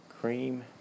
cream